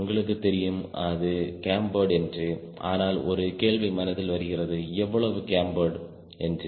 உங்களுக்கு தெரியும் அது கேம்பேர்டு ஏன்று ஆனால் ஒரு கேள்வி மனதில் வருகிறது எவ்வளவு கேம்பேர்டு என்று